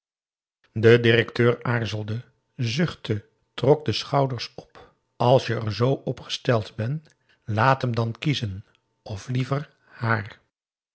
de directeur aarzelde zuchtte trok de schouders op als je er z op gesteld ben laat hem dan kiezen of liever haar